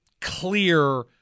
clear